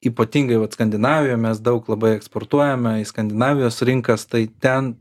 ypatingai vat skandinavijoj mes daug labai eksportuojame į skandinavijos rinkas tai ten